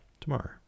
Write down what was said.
tomorrow